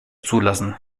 zulassen